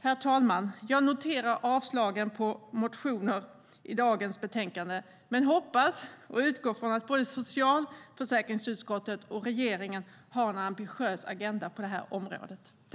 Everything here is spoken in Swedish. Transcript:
Herr talman! Jag noterar avslagen på motioner i dagen betänkande men hoppas och utgår från att både socialförsäkringsutskottet och regeringen har en ambitiös agenda på det här området.